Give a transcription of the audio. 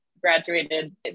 graduated